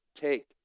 take